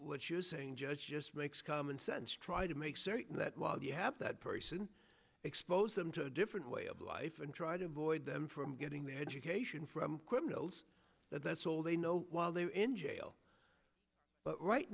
what you're saying judge just makes common sense try to make certain that while you have that person expose them to a different way of life and try to avoid them from getting the education from criminals that that's all they know while they're in jail right